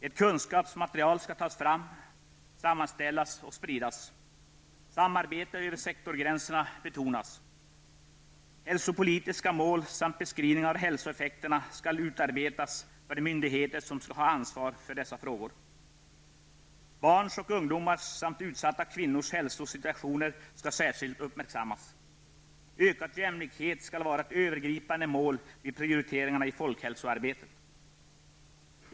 Ett kunskapsmaterial skall tas fram, sammanställas och spridas. Samarbete över sektorsgränserna betonas. Hälsopolitiska mål samt beskrivning av hälsoeffekter skall utarbetas för de myndigheter som skall ha ansvar för dessa frågor. Barns och ungdomars samt utsatta kvinnors hälsosituation skall särskilt uppmärksammas. Ökad jämlikhet skall vara ett övergripande mål vid prioriteringar i folkhälsoarbetet.